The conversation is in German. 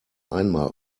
einmal